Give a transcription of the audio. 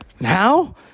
Now